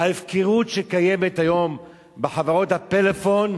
ההפקרות שקיימת היום בחברות הפלאפון,